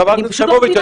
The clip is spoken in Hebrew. חברת הכנסת יחימוביץ',